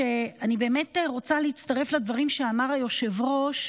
אני באמת רוצה להצטרף לדברים שאמר היושב-ראש,